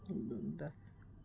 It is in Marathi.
दोन तास